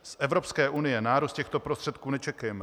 Z Evropské unie nárůst těchto prostředků nečekejme.